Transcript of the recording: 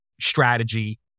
strategy